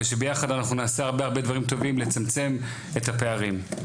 ושביחד אנחנו נעשה הרבה הרבה דברים טובים לצמצם את הפערים.